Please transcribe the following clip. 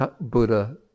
Buddha